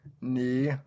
knee